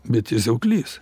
bet jis auglys